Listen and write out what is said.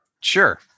Sure